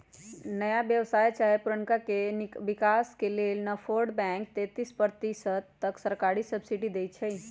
नया व्यवसाय चाहे पुरनका के विकास लेल नाबार्ड बैंक तेतिस प्रतिशत तक सरकारी सब्सिडी देइ छइ